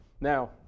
Now